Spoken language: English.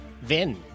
Vin